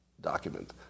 document